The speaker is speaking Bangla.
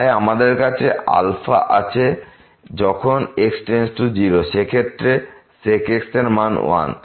তাই আমাদের কাছে আছে এবং যখন x→0 সেই ক্ষেত্রে sec x এর মান 1